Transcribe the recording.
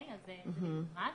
זה בנפרד.